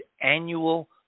annual